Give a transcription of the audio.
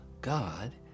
God